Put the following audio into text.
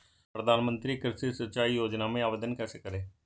प्रधानमंत्री कृषि सिंचाई योजना में आवेदन कैसे करें?